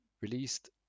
released